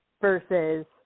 versus